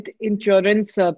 insurance